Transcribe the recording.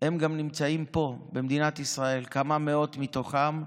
גם נמצאים פה, במדינת ישראל, כמה מאות מתוכם,